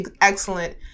excellent